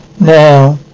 Now